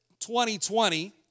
2020